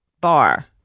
bar